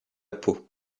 peau